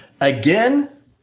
again